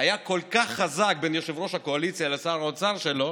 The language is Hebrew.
היה כל כך חזק בין יושב-ראש הקואליציה לשר האוצר שלו